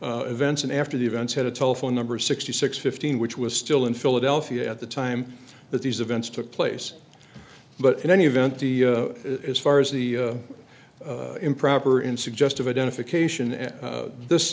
events and after the events had a telephone number sixty six fifteen which was still in philadelphia at the time that these events took place but in any event as far as the improper in suggestive identification and this